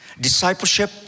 Discipleship